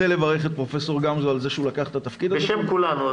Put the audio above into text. בשם כולנו.